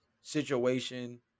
situation